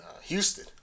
Houston